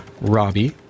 Robbie